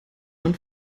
und